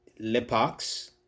lipox